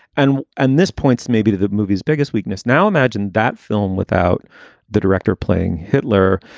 and and this points maybe to the movie's biggest weakness. now, imagine that film without the director playing hitler.